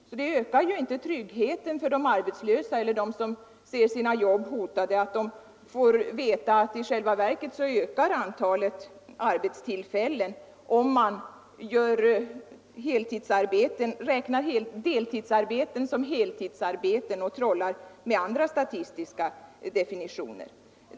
Och det ökar ju inte tryggheten för de arbetslösa och för dem som ser sina jobb hotade när de får veta att antalet arbetstillfällen i själva verket ökar, därför att man räknar deltidsarbete som heltidsarbete och trollar med andra statistiska definitioner.